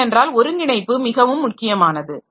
ஏனென்றால் ஒருங்கிணைப்பு மிகவும் முக்கியமானது